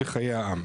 בחיי העם.